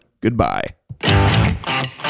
Goodbye